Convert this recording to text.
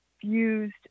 fused